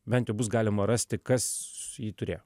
bent jau bus galima rasti kas jį turėjo